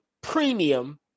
premium